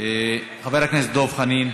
חבר הכנסת דב חנין,